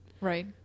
Right